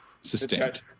Sustained